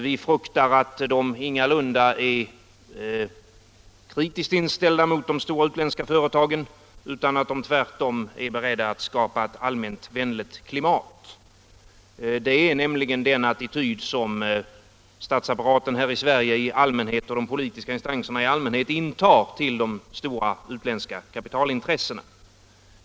Vi fruktar att utredningens ledamöter ingalunda är kritiskt inställda till de stora utländska företagen utan tvärtom beredda att skapa ett allmänt vänligt klimat. Det är nämligen den attityd som statsapparaten här i Sverige och de politiska instanserna i allmänhet intar till de stora utländska kapitalintressena.